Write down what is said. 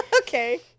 Okay